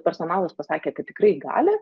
personalas pasakė kad tikrai gali